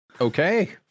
Okay